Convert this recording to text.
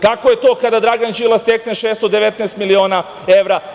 Kako je to kada Dragan Đilas stekne 619 miliona evra?